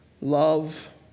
Love